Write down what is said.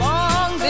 Long